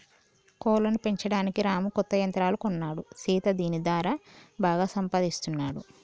కోళ్లను పెంచడానికి రాము కొత్త యంత్రాలు కొన్నాడు సీత దీని దారా బాగా సంపాదిస్తున్నాడు